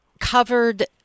covered